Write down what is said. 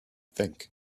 think